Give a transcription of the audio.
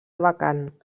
vacant